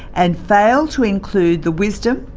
and fail to include the wisdom,